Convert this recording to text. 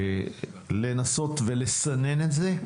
לנסות ולסנן את זה.